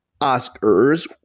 Oscars